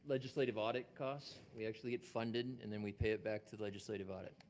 legislative audit cost. we actually get funding and then we pay it back to the legislative audit.